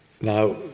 Now